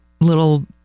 little